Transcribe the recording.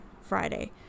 friday